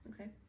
Okay